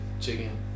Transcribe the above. chicken